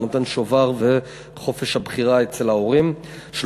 אתה נותן שובר וחופש הבחירה אצל ההורים,